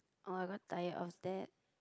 oh I got tired of that